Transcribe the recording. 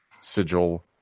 sigil